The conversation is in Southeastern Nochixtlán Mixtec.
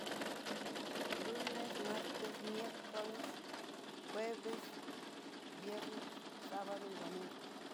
Lunes, martes, miercoles, jueves, viernes, sabado y domingo.